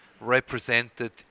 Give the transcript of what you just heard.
Represented